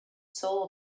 soul